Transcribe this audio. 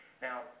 Now